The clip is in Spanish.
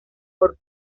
por